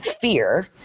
fear